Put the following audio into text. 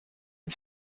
and